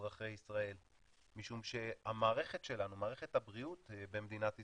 אזרחי ישראל משום שמערכת הבריאות במדינת ישראל,